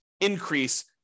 Increase